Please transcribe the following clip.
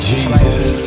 Jesus